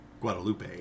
Guadalupe